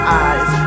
eyes